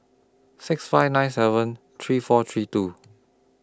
six five nine seven three four three two